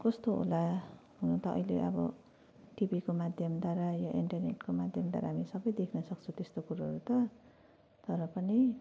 कस्तो होला हुनु त अहिले अब टिभीको माध्यमद्वारा या इन्टरनेटको माध्यमद्वारा हामी सबै देख्नसक्छौँ त्यस्तो कुरोहरू त तर पनि